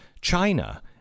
China—